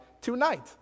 tonight